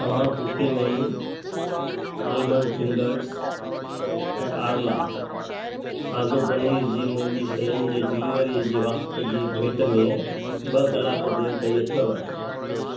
तव्हां Cookieman almond fingers ऐं आरला ताज़ो पनीर जी मुंहिंजी शयुनि जे डिलीवरी जी वक़्त जी भेट में ॿ कलाक देरि कई अथव